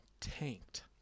tanked